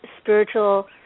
spiritual